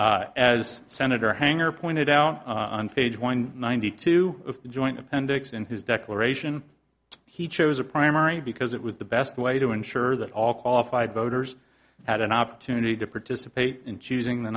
as senator hanger pointed out on page one ninety two of the joint appendix in his declaration he chose a primary because it was the best way to ensure that all qualified voters had an opportunity to participate in choosing the